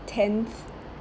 tenth